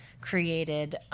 created